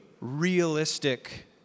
realistic